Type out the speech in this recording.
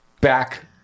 Back